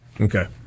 Okay